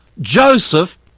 Joseph